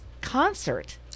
concert